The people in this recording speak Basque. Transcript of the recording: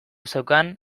zeukan